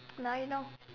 now you know